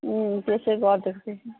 त्यसै गर्दो रहेछ